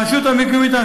הרשות המקומית.